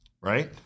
right